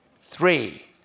three